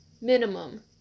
minimum